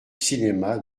cinéma